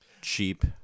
Cheap